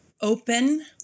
Open